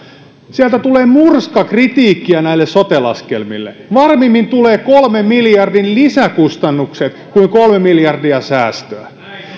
tulee murskakritiikkiä näille sote laskelmille varmemmin tulee kolmen miljardin lisäkustannukset kuin kolme miljardia säästöä